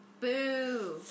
boo